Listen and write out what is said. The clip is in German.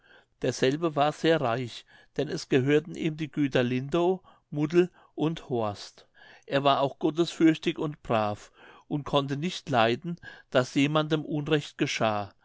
derselbe war sehr reich denn es gehörten ihm die güter lindow muddel und horst er war auch gottesfürchtig und brav und konnte nicht leiden daß jemandem unrecht geschah